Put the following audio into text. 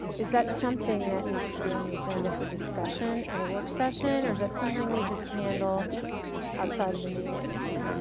is that something that needs to be on the agenda for discussion at a work session or is it something we just handle outside of the meetings?